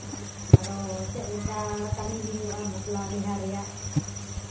ᱟᱫᱚ ᱪᱮᱫ ᱞᱮᱠᱟ ᱠᱟᱹᱢᱤ ᱦᱩᱭᱩᱜᱼᱟ ᱵᱟᱯᱞᱟ ᱵᱤᱦᱟᱹ ᱨᱮᱭᱟᱜ